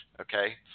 Okay